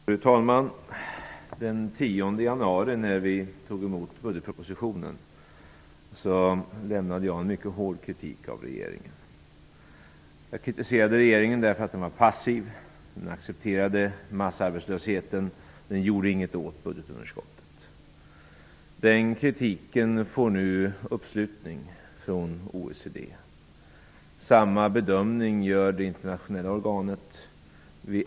Fru talman! Den 10 januari, när vi tog emot budgetpropositionen, riktade jag en mycket hård kritik mot regeringen. Jag kritiserade regeringen för att den var passiv. Den accepterade massarbetslösheten. Den gjorde ingenting åt budgetunderskottet. Till den kritiken ansluter sig nu OECD. Det internationella organet gör samma bedömning.